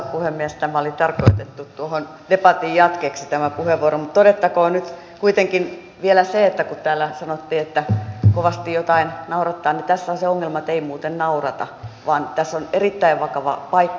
tämä puheenvuoro oli tarkoitettu tuohon debatin jatkeeksi mutta todettakoon nyt kuitenkin vielä se että kun täällä sanottiin että kovasti jotain naurattaa niin tässähän on se ongelma että ei muuten naurata vaan tässä on erittäin vakava paikka